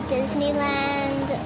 Disneyland